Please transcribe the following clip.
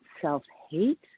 self-hate